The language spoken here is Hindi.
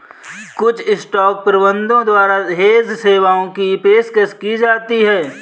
कुछ स्टॉक प्रबंधकों द्वारा हेज सेवाओं की पेशकश की जाती हैं